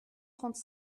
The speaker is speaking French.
trente